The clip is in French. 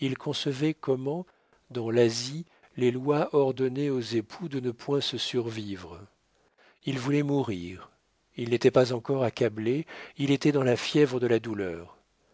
il concevait comment dans l'asie les lois ordonnaient aux époux de ne point se survivre il voulait mourir il n'était pas encore accablé il était dans la fièvre de la douleur